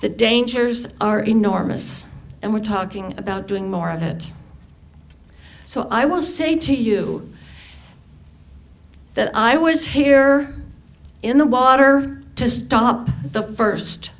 the dangers are enormous and we're talking about doing more of that so i will say to you that i was here in the water to stop the first